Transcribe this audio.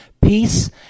peace